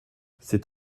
c’est